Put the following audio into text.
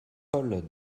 paul